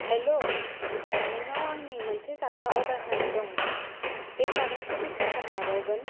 हेल' नोंनाव आंनि मोनसे जाग्रा अर्डार होनाय दंना बे जाग्राखौ बेसे सम लाबावगोन